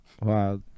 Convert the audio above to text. Wow